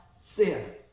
sin